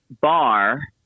bar